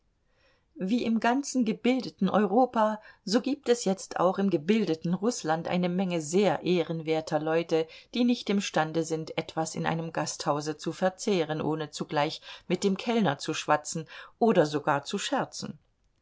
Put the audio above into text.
wie im ganzen gebildeten europa so gibt es jetzt auch im gebildeten rußland eine menge sehr ehrenwerter leute die nicht imstande sind etwas in einem gasthause zu verzehren ohne zugleich mit dem kellner zu schwatzen oder sogar zu scherzen